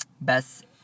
best